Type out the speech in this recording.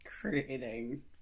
creating